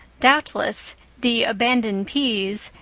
doubtless the abandoned p's,